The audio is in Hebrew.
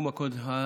מכובדיי,